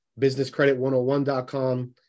BusinessCredit101.com